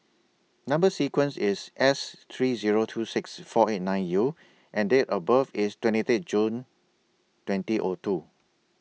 Number sequence IS S three Zero two six four eight nine U and Date of birth IS twenty three June twenty O two